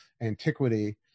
antiquity